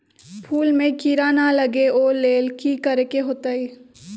फूल में किरा ना लगे ओ लेल कि करे के होतई?